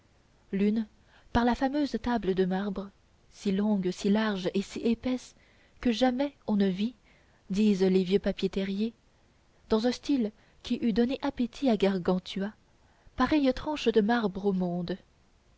l'une par la fameuse table de marbre si longue si large et si épaisse que jamais on ne vit disent les vieux papiers terriers dans un style qui eût donné appétit à gargantua pareille tranche de marbre au monde